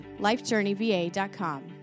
lifejourneyva.com